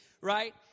Right